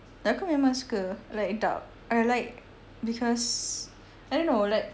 aku memang suka like dark err like because I don't know like